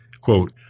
quote